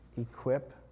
equip